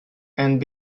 and